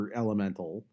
elemental